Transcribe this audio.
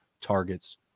targets